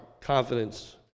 confidence